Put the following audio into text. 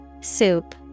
Soup